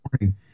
morning